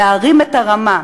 להרים את הרמה,